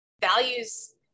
values